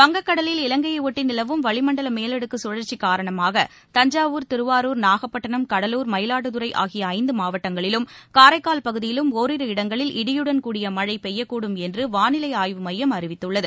வங்கக்கடலில் இலங்கையை ஒட்டி நிலவும் வளிமண்டல் மேலடுக்கு கழற்சி காரணமாக தஞ்சாவூர் திருவாரூர் நாகப்பட்டினம் கடலூர் மயிலாடுதுறை ஆகிய ஐந்து மாவட்டங்களிலும் காரைக்கால் பகுதியிலும் ஒரிரு இடங்களில் இன்று இடியுடன் கூடிய கனமழை பெய்யக்கூடும் என்று வாளிலை ஆய்வு மையம் அறிவித்துள்ளது